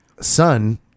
son